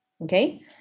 Okay